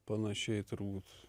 panašiai turbūt